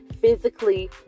physically